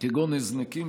כגון הזנקים,